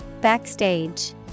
Backstage